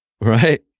Right